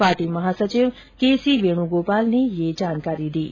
party महासचिव K C Venugopal ने यह जानकारी दी है